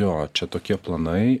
jo čia tokie planai